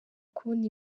kubona